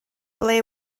ble